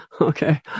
Okay